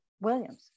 Williams